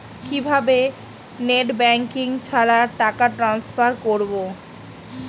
কিভাবে net banking ছাড়া টাকা টান্সফার করব?